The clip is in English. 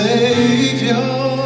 Savior